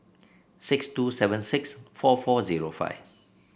six two seven six four four zero five